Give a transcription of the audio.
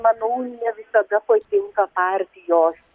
manau ne visada patinka partijos